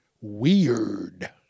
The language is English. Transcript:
weird